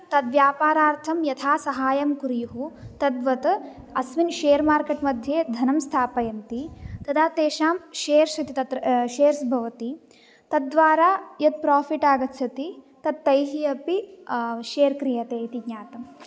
तद्व्यापारार्थं यथा सहायं कुरुः तद्वद् अस्मिन् शेर् मार्केट् मध्ये धनं स्थापयन्ति तदा तेषां शेरस् इति तत्र शेरस् भवति तद्द्वारा यद् प्राफ़िट् आगच्छति तद् तैः अपि शेर् क्रियते इति ज्ञातं